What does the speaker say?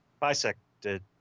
bisected